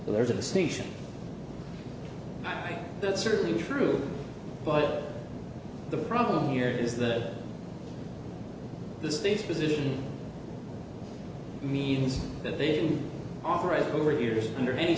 so there's a distinction that's certainly true but the problem here is that the state's position means that they can operate over years under any